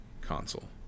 console